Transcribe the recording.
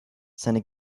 seine